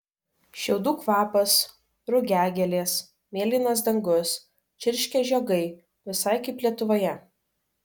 šiaudų kvapas rugiagėlės mėlynas dangus čirškia žiogai visai kaip lietuvoje